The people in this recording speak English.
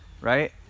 right